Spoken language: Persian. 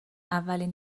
اولین